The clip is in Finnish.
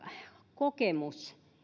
kokemus